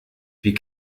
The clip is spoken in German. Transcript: wie